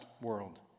world